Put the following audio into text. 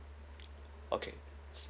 okay